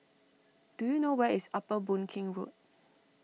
do you know where is Upper Boon Keng Road